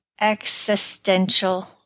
existential